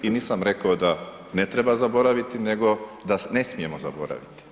I nisam rekao da ne treba zaboraviti nego da ne smijemo zaboraviti.